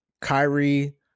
Kyrie